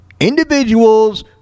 individuals